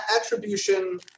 Attribution